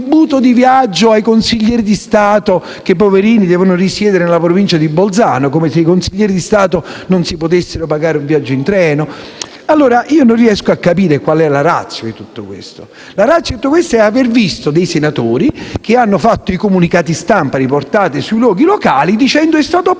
un contributo di viaggio ai consiglieri di Stato che, poverini, devono risiedere nella Provincia di Bolzano. Come se i consiglieri di Stato non si potessero pagare un viaggio in treno. Non riesco allora a capire la *ratio* di tutto questo. La *ratio* di tutto questo è di aver visto dei senatori che hanno fatto i comunicati stampa riportati localmente dicendo: «È stato approvato